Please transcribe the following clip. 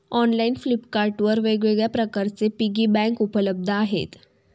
online Flipkart वर वेगवेगळ्या प्रकारचे पिगी बँक उपलब्ध आहेत